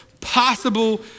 possible